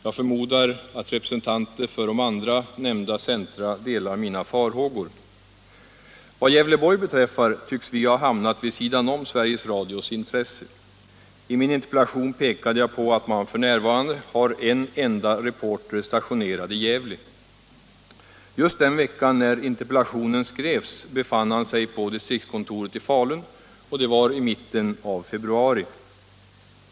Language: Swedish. Jag förmodar att representanter för de andra nämnda centra de lar mina farhågor. Vad Gävleborg beträffar tycks vi ha hamnat vid sidan om Sveriges Radios intresse. I min interpellation pekade jag på att man f.n. har en enda reporter stationerad i Gävle. Just den vecka när interpellationen skrevs befann han sig på distriktskontoret i Falun, och det var i mitten av februari.